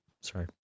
sorry